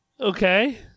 Okay